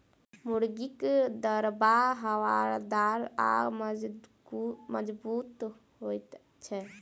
मुर्गीक दरबा हवादार आ मजगूत होइत छै